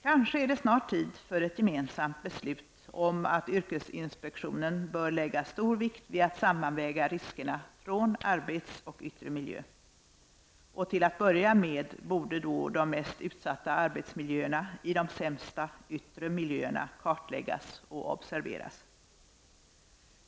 Kanske är det snart tid för ett gemensamt beslut om att yrkesinspektionen bör lägga stor vikt vid att sammanväga riskerna för arbetsmiljö och yttre miljö. Till att börja med borde de mest utsatta arbetsmiljöerna i de sämsta yttre miljöerna kartläggas och observeras.